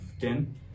ten